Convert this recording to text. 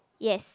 yes